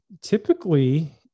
Typically